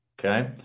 Okay